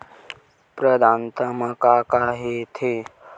प्रदाता मा का का हो थे?